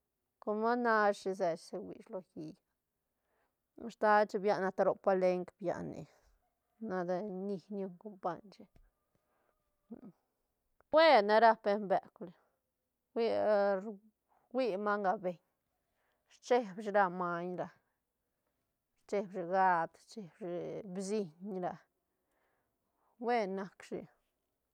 Com a nashi se shi se huishi lo hiit stad shi bian asta ro palenk bian nic nade ñi ñun compañ shi buen ne rap beñ beuk huia ruia manga beñ scheb shi ra maiñ ra rcheeb shi gat rcheeb shi bsiñ ra buen nac shi.